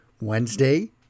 wednesday